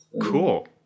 Cool